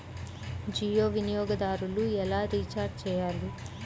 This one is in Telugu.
జియో వినియోగదారులు ఎలా రీఛార్జ్ చేయాలి?